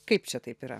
kaip čia taip yra